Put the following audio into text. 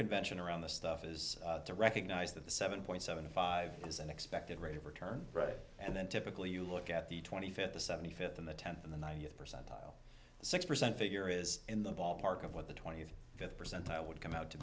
convention around this stuff is to recognize that the seven point seven five is an expected rate of return right and then typically you look at the twenty fifth the seventy fifth and the tenth in the ninety eight percent top six percent figure is in the ballpark of what the twenty fifth percentile would come out to